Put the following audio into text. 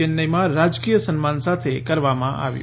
ચેન્નાઇમાં રાજકીય સન્માન સાથે કરવામાં આવ્યું